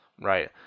Right